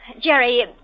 jerry